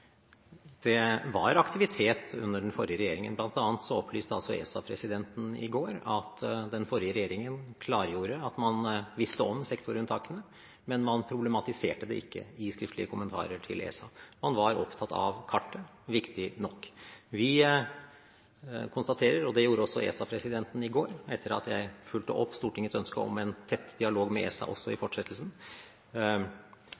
Det var aktivitet under den forrige regjeringen. Blant annet opplyste ESA-presidenten i går om at den forrige regjeringen klargjorde at man visste om sektorunntakene, men man problematiserte det ikke i skriftlige kommentarer til ESA. Man var opptatt av kartet, viktig nok. Vi konstaterer – det klargjorde også ESA-presidenten i går, etter at jeg fulgte opp Stortingets ønske om en tett dialog med ESA også i